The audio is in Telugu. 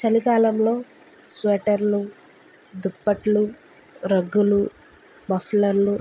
చలికాలంలో స్వేటర్లు దుప్పట్లు రగ్గులు మఫ్లర్లు